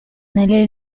nelle